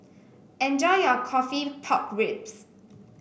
enjoy your coffee Pork Ribs